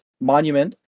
Monument